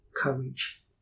courage